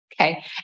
Okay